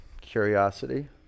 curiosity